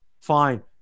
fine